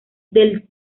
del